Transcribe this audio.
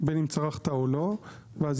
זה פרויקט שאנחנו רוצים לעשות אותו,